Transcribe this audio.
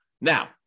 Now